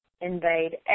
invade